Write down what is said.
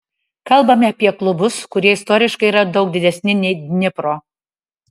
kalbame apie klubus kurie istoriškai yra daug didesni nei dnipro